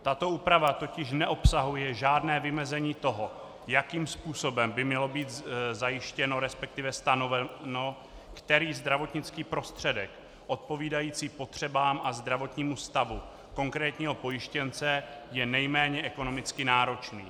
Tato úprava totiž neobsahuje žádné vymezení toho, jakým způsobem by mělo být zajištěno, respektive stanoveno, který zdravotnický prostředek odpovídající potřebám a zdravotního stavu konkrétního pojištěnce je nejméně ekonomicky náročný.